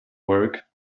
work